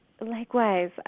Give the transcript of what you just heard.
Likewise